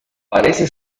parece